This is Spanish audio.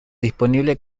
disponible